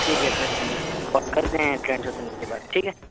ٹھیک ہے پھر ہم کال کرتے ہیں ایک سے دو دن کے بعد ٹھیک ہے